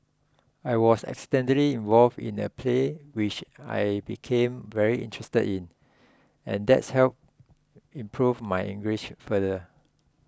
I was accidentally involved in a play which I became very interested in and that's helped improve my English further